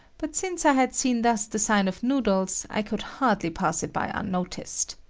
but since i had seen thus the sign of noodles, i could hardly pass it by unnoticed.